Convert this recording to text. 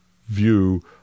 view